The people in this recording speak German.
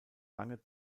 lange